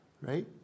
right